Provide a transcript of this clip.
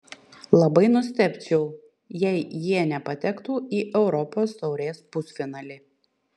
labai nustebčiau jei jie nepatektų į europos taurės pusfinalį